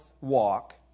walk